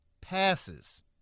passes